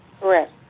Correct